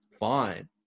Fine